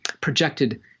projected